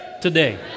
today